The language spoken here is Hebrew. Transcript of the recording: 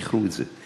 זכרו את זה.